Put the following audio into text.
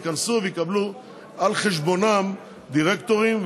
ייכנסו ויקבלו על חשבונן דירקטורים.